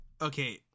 okay